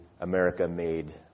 America-made